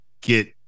get